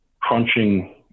crunching